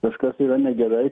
kažkas yra negerai